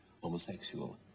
homosexual